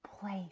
place